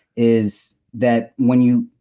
is that when you.